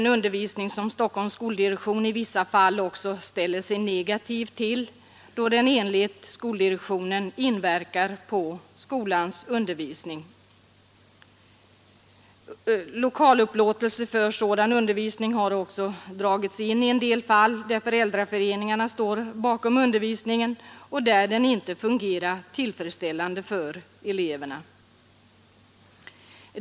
Även Stockholms skoldirektion ställer sig i vissa fall negativ till denna undervisning, då den enligt skoldirektionen inverkar menligt på skolans undervisning. Tillstånd att använda lokal för sådan undervisning har också dragits in i en del fall där föräldraföreningarna står bakom undervisningen, emedan den inte har fungerat tillfredsställande för eleverna.